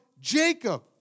Jacob